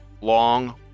long